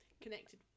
connected